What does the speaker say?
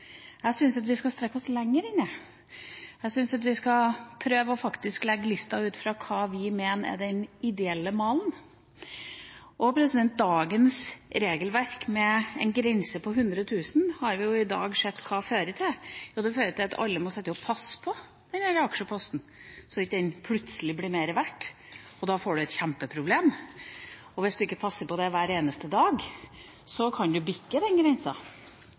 Jeg syns vi skal strekke oss lenger enn det. Jeg syns at vi skal prøve å legge lista ut fra hva vi mener er den ideelle malen. Dagens regelverk med en grense på 100 000 kr har vi i dag sett hva fører til. Det fører til at alle må sitte og passe på aksjeposten, så den ikke plutselig blir mer verd, for da får man et kjempeproblem. Hvis man ikke passer på den hver eneste dag, kan man bikke denne grensa.